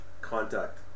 contact